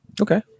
Okay